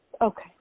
Okay